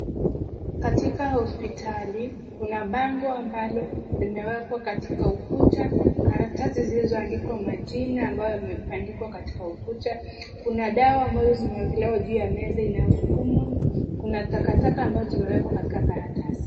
Katika hospitali, kuna bango ambalo limewekwa katika ukuta. Karatasi zilizoandika majina ambayo yamebandikwa katika ukuta. Kuna dawa ambazo zimewekwa kwenye meza inayosukumwa. Kuna takataka ambazo zimewekwa kwenye karatasi.